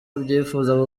abyifuza